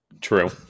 True